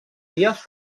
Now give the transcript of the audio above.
dies